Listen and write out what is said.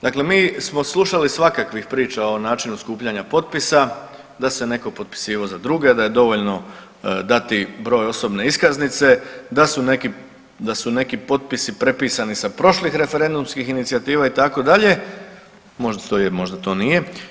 Dakle mi smo slušali svakakvih priča o načinu skupljanja potpisa, da se netko potpisivao za druge, da je dovoljno dati broj osobne iskaznice, da su neki potpisi prepisani s prošlih referendumskih inicijativa, itd., možda to je, možda to nije.